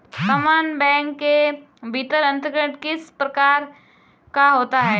समान बैंक के भीतर अंतरण किस प्रकार का होता है?